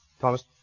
Thomas